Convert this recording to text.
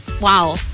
wow